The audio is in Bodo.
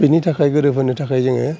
बिनि थाखाय गोरोबहोनो थाखाय जोङो